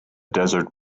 desert